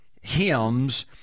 hymns